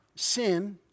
Sin